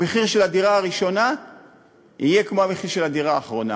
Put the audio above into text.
שהמחיר של הדירה הראשונה יהיה כמו המחיר של הדירה האחרונה.